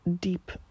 deep